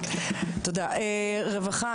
רווחה,